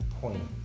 point